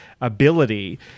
ability